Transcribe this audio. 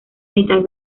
mitad